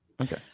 Okay